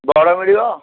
ବଡ଼ ମିଳିବ